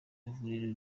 ivuriro